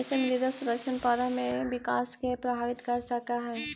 कईसे मृदा संरचना पौधा में विकास के प्रभावित कर सक हई?